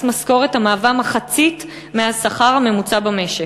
משכורת המהווה מחצית מהשכר הממוצע במשק.